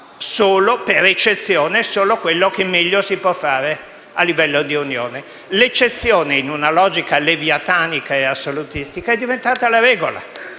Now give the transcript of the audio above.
solo per eccezione, solo quello che meglio si può fare a livello di Unione. L'eccezione, in una logica leviatanica e assolutistica, è diventata la regola,